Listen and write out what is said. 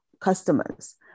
customers